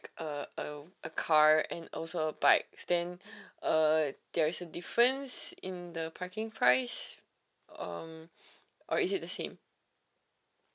a a a car and also a bikes then uh there is a difference in the packing price um or is it the same